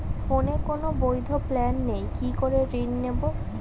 ফোনে কোন বৈধ প্ল্যান নেই কি করে ঋণ নেব?